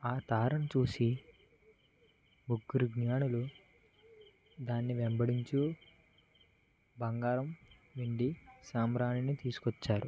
ఆ తారను చూసి ముగ్గురు జ్ఞానులు దానిని వెంబడించు బంగారం వెండి సాంబ్రాణిని తీసుకువచ్చారు